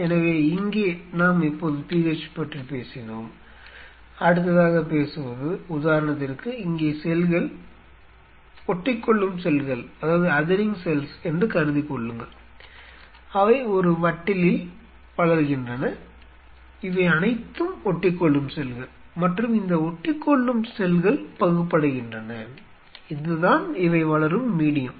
எனவே இங்கே நாம் இப்போது pH பற்றிப் பேசினோம் அடுத்ததாகப் பேசுவது உதாரணத்திற்கு இங்கே செல்கள் ஒட்டிக்கொள்ளும் செல்கள் என்று கருதிக்கொள்ளுங்கள் அவை ஒரு வட்டிலில் வளர்கின்றன இவை அனைத்தும் ஒட்டிக்கொள்ளும் செல்கள் மற்றும் இந்த ஒட்டிக்கொள்ளும் செல்கள் பகுப்படைகின்றன இதுதான் இவை வளரும் மீடியம்